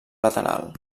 lateral